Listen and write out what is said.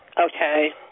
Okay